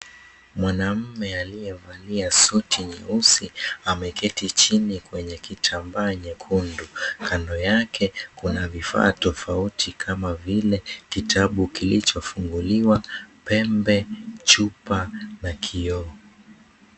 Mwanaume aliyevalia suti nyeusi ameketi chini kwenye kitambaa nyekundu kando yake kuna vifaa tofauti kama vile kitabu kilicho funguliwa, pembe, chupa na kioo.